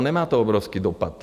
No, nemá to obrovský dopad.